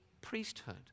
priesthood